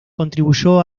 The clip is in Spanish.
contribuyó